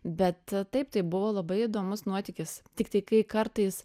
bet taip tai buvo labai įdomus nuotykis tiktai kai kartais